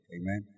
Amen